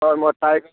ओहिमे टाइगर